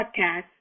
podcast